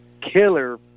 killer